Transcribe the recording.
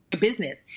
business